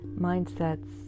mindsets